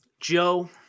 Joe